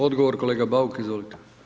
Odgovor kolega Bauk, izvolite.